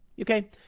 Okay